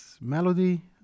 melody